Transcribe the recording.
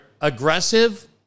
aggressive